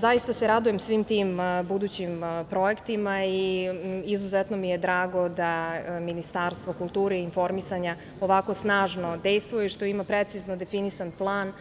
Zaista se radujem svim tim budućim projektima i izuzetno mi je drago da Ministarstvo kulture i informisanja ovako snažno dejstvuje, što ima precizno definisan plan